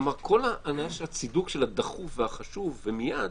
כלומר, כל הצידוק של הדחוף והחשוב ומייד,